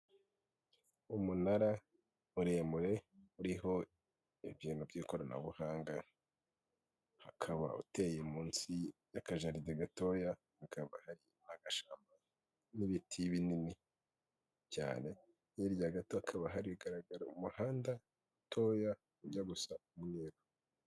Umunara muremure uriho ibintu by'ikoranabuhanga, ukaba uteye munsi akajaride gatoya, hakaba hari agashyamba n'ibiti binini cyane, hirya gato hakaba hagaragara umuhanda mutoya ujya gusa n'umweru.